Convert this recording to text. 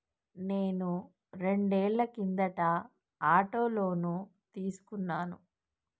నేను రెండేళ్ల కిందట ఆటో లోను తీసుకున్నాను